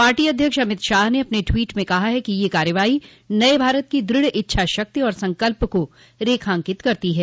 party अध्यक्ष अमित शाह ने अपने ट्वीट में कहा है कि यह कार्रवाई नये भारत की दृढ़ इच्छा शक्ति और संकल्प को रेखांकित करती है